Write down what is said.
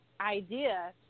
idea